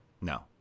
No